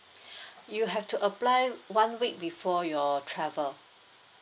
you have to apply one week before your travel